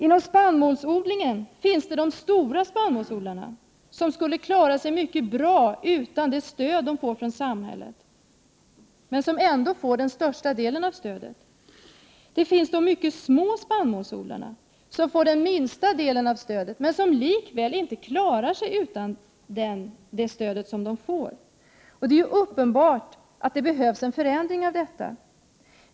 Inom spannmålsodlingen skulle de stora spannmålsodlarna klara sig mycket bra utan det stöd som de får från samhället, men de får ändå den största delen av stödet. Det finns mycket små spannmålsodlare, som får den minsta delen av stödet, men som likväl inte klarar sig utan det stöd de får. Det är uppenbart att det behövs en förändring av detta.